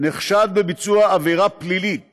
נחשד בביצוע עבירה פלילית